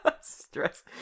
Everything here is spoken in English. Stress